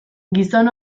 gizon